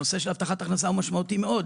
הנושא של הבטחת הכנסה מהותי מאוד,